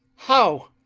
how!